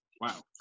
Wow